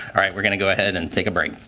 right. we're going to go ahead and take a break.